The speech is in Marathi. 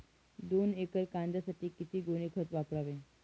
दोन एकर कांद्यासाठी किती गोणी खत वापरावे?